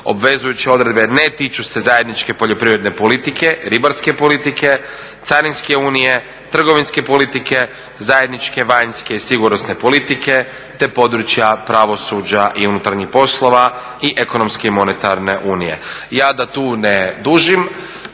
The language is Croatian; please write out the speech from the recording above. Obvezujuće odredbe ne tiču se zajedničke poljoprivredne politike ribarske politike, Carinske unije, trgovinske politike, zajedničke vanjske i sigurnosne politike, te područja pravosuđa i unutarnjih poslova i ekonomske i monetarne unije. Ja da tu ne dužim